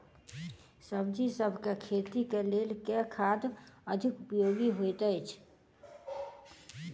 सब्जीसभ केँ खेती केँ लेल केँ खाद अधिक उपयोगी हएत अछि?